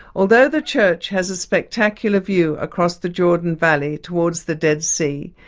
although the church has a spectacular view across the jordan valley towards the dead sea,